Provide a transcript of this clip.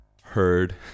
heard